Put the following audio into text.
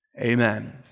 Amen